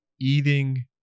eating